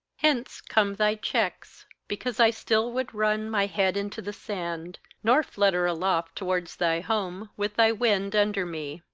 hence come thy checks because i still would run my head into the sand, nor flutter aloft towards thy home, with thy wind under me.